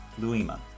Luima